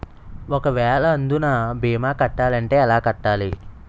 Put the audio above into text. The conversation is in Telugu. ఒక వేల అందునా భీమా కట్టాలి అంటే ఎలా కట్టాలి?